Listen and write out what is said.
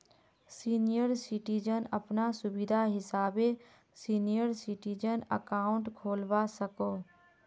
senior citizen अपना सुविधा हिसाबे सीनियर सिटीजन अकाउंट खोलवा सकोह